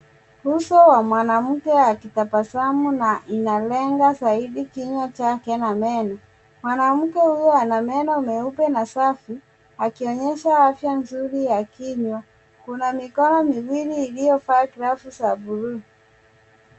Uso wa mwanamke akitabasamu na inalenga zaidi kinywa chake na meno. Mwanamke huyu ana meno meupe na safi akionyesha afya nzuri ya kinywa. Kuna mikono miwili iliyovaa glavu za bluu.